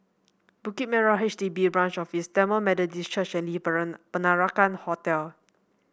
Bukit Merah H D B Branch Office Tamil Methodist Church and Le Peranakan Hotel